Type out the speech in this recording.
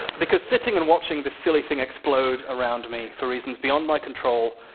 because sitting and watching this silly thing explode around me for reasons beyond my control,